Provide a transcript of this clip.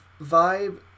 vibe